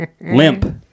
Limp